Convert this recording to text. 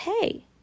hey